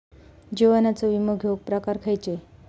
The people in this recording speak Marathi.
जीवनाचो विमो घेऊक प्रकार खैचे?